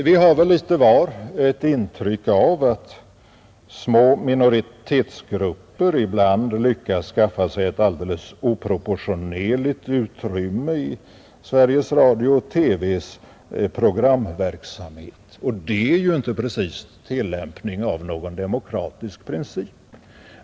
Vi har väl litet var ett intryck av att små minoritetsgrupper ibland lyckas skaffa sig ett oproportionerligt stort utrymme i Sveriges Radios och TV:s programverksamhet, och det är ju inte precis tillämpning av någon demokratisk princip.